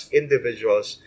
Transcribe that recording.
individuals